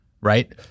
right